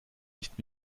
nicht